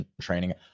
training